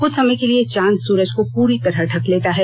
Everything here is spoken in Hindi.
कुछ समय के लिए चांद सूरज को पूरी तरह ढक लेता है